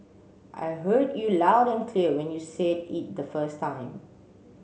I heard you loud and clear when you said it the first time